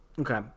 Okay